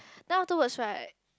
then afterwards right